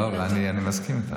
טוב, אני מסכים איתך.